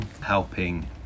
helping